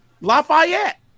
Lafayette